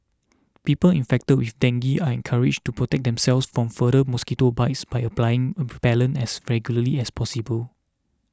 people infected with dengue are encouraged to protect themselves from further mosquito bites by applying repellent as regularly as possible